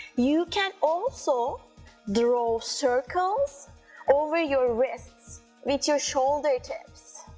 you can also draw circles over your wrists with your shoulder tips